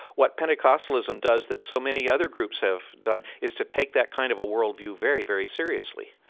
what pentecostalism does, that so many other groups have done, is to take that kind of a worldview very, very seriously.